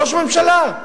ראש ממשלה,